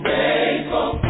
faithful